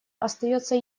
остается